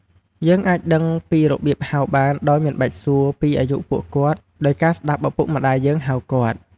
យើងអាចដឹងពីរបៀបហៅបានដោយមិនបាច់សួរពីអាយុពួកគាត់ដោយការស្តាប់ឪពុកម្តាយយើងហៅគាត់។